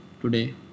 today